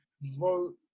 vote